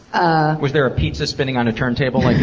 ah was there a pizza spinning on a turntable like